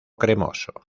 cremoso